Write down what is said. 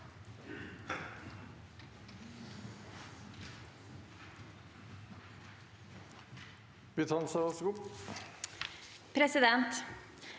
Presidenten